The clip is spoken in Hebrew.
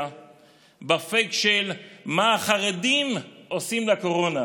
בפייק של "מה החרדים עושים בקורונה".